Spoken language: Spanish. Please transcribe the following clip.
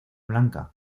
blanca